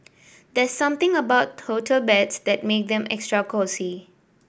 there's something about hotel beds that made them extra cosy